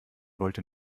wollte